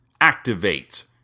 activate